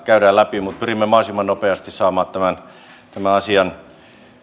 käydään läpi mutta pyrimme mahdollisimman nopeasti saamaan tämän asian